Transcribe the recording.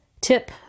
tip